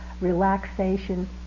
relaxation